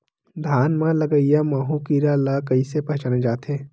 धान म लगईया माहु कीरा ल कइसे पहचाने जाथे?